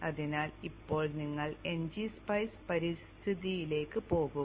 അതിനാൽ ഇപ്പോൾ നിങ്ങൾ n g സ്പൈസ് പരിതസ്ഥിതിയിലേക്ക് പോകുക